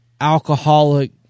alcoholic